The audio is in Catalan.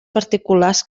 particulars